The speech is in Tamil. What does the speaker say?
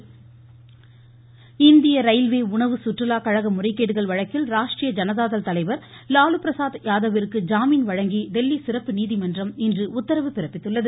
டெல்லி சிறப்பு நீதிமன்றம் இந்திய ரயில்வே உணவு சுற்றுலா கழக முறைகேடுகள் வழக்கில் ராஷ்ட்ரீய ஜனதாதள் தலைவர் லாலு பிரசாத் யாதவிற்கு ஜாமீன் வழங்கி டெல்லி சிறப்பு நீதிமன்றம் இன்று உத்தரவு பிறப்பித்துள்ளது